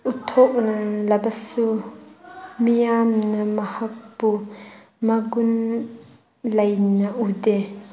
ꯎꯠꯊꯣꯛꯂꯕꯁꯨ ꯃꯤꯌꯥꯝꯅ ꯃꯍꯥꯛꯄꯨ ꯃꯒꯨꯟ ꯂꯩꯅ ꯎꯗꯦ